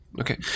Okay